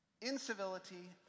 Incivility